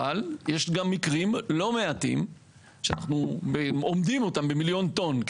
אבל יש גם מקרים לא מעטים שאנחנו אומדים אותם במיליון טון,